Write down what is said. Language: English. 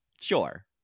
sure